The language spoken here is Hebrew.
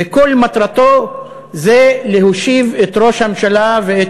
וכל מטרתו זה להושיב את ראש הממשלה ואת